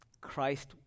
Christ